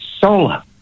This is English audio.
solar